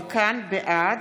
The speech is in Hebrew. בעד